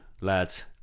lads